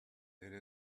there